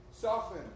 soften